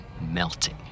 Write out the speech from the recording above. melting